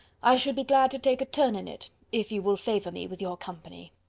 i should be glad to take a turn in it, if you will favour me with your company.